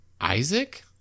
Isaac